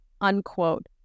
unquote